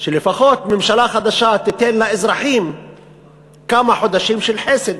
שלפחות ממשלה חדשה תיתן לאזרחים כמה חודשים של חסד.